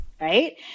Right